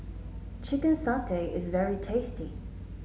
Chicken Satay is very tasty